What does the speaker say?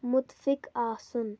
مُتفِق آسُن